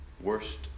worst